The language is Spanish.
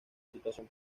situación